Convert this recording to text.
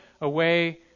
away